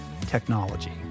technology